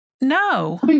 No